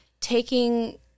taking